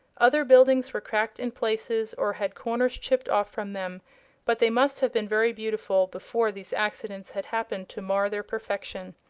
other buildings were cracked in places or had corners chipped off from them but they must have been very beautiful before these accidents had happened to mar their perfection.